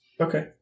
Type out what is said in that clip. Okay